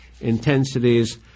intensities